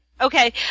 Okay